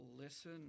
listen